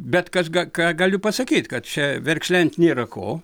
bet kas ga ką galiu pasakyt kad čia verkšlent nėra ko